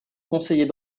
conseiller